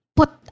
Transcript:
put